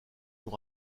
nous